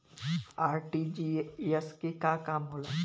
RTGS के का काम होला?